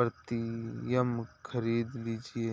premium खरीद लीजिए